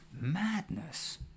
madness